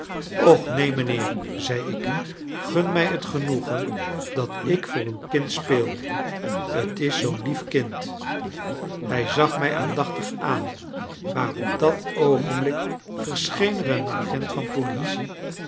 och neen mijnheer zei ik gun mij het genoegen dat ik voor uw kind speel t is zoo'n lief kind hij zag mij aandachtig aan maar op dat oogenblik verscheen er een agent van politie